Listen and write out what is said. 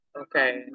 Okay